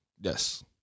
Yes